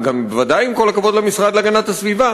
גם בוודאי עם כל הכבוד למשרד להגנת הסביבה.